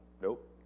Nope